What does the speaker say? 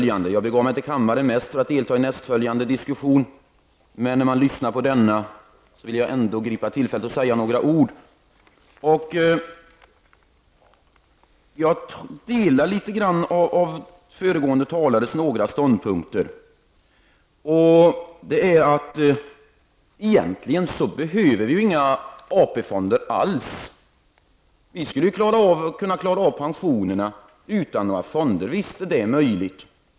Jag begav mig till kammaren mest för att delta i nästföljande diskussion, men när jag lyssnat på denna diskussion vill jag ta tillfället i akt att säga några ord. Jag delar några av föregående talares ståndpunkter. Teoretiskt behöver vi egentlige inga AP-fonder alls. Vi skulle kunna klara av pensionerna utan några fonder -- visst är det möjligt.